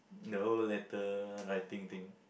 the whole letter writing thing